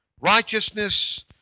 Righteousness